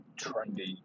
trendy